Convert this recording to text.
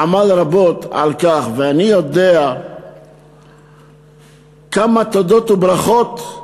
עמל רבות עליה, ואני יודע כמה תודות וברכות הוא